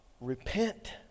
repent